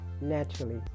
naturally